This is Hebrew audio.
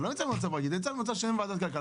אתה נמצא במצב שאין ועדת כלכלה,